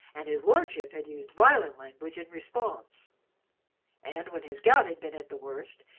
and his lordship had used violent language in response and, when his gout had been at the worst,